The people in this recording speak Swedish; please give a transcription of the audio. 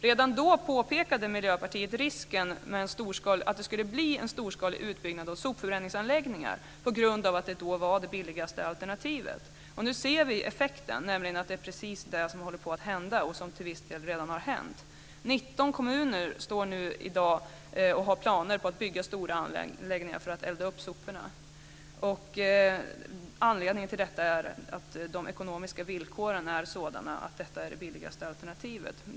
Redan då påpekade Miljöpartiet risken med att det skulle bli en storskalig utbyggnad av sopförbränningsanläggningar på grund av att det då var det billigaste alternativet. Nu ser vi effekten, nämligen att det är precis det som håller på att hända och som till viss del redan har hänt. 19 kommuner har i dag planer på att bygga stora anläggningar för att elda upp soporna. Anledningen är att de ekonomiska villkoren är sådana att detta är det billigaste alternativet.